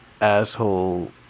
asshole